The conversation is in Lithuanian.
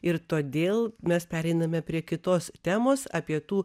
ir todėl mes pereiname prie kitos temos apie tų